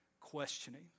questioning